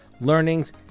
learnings